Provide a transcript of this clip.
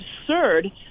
absurd